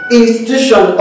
institution